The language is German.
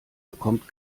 bekommt